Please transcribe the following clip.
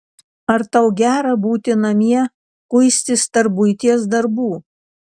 ar tau gera būti namie kuistis tarp buities darbų